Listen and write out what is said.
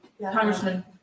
Congressman